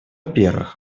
первых